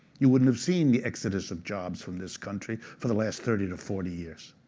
you wouldn't have seen the exodus of jobs from this country for the last thirty to forty years.